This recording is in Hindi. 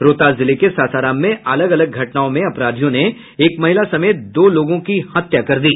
रोहतास जिले के सासाराम में अलग अलग घटनाओं में अपराधियों ने एक महिला समेत दो लोगों की हत्या कर दी